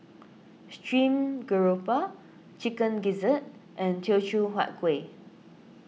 Stream Grouper Chicken Gizzard and Teochew Huat Kueh